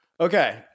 Okay